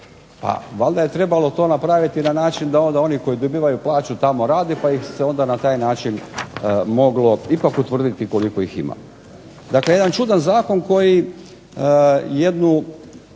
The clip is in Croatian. a valjda je trebalo to napraviti na način da onda oni koji dobivaju plaću tamo rade, pa ih se onda na taj način moglo ipak utvrditi koliko ih ima. Dakle jedan čudan zakon koji jednu,